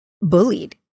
bullied